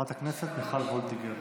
חברת הכנסת מיכל וולדיגר.